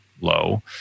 low